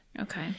Okay